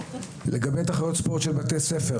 לגבי תחרויות ספורט של בתי ספר